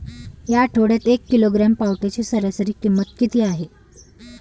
या आठवड्यात एक किलोग्रॅम पावट्याची सरासरी किंमत किती आहे?